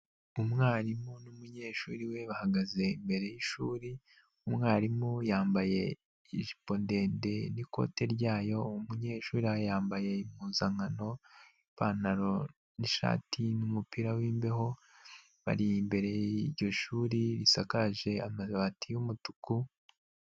Umwarimu n'umunyeshuri we bahagaze imbere yishuri, umwarimu yambaye ijipo ndende n'ikoti ryayo, umunyeshuri yambaye impuzankano, ipantaro n'ishati n'umupira wimbeho, bari imbere y'iryo shuri risakaje amabati y'umutuku.